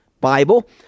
Bible